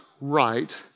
right